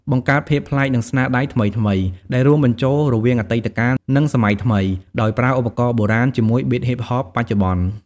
បង្កើតភាពប្លែក និងស្នាដៃថ្មីៗ ដែលរួមបញ្ចូលរវាងអតីតកាល និងសម័យថ្មី ដោយប្រើឧបករណ៍បុរាណជាមួយប៊ីតហ៊ីបហបបច្ចុប្បន្ន។